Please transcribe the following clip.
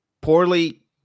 poorly